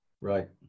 Right